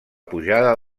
pujada